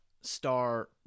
star